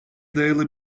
dayalı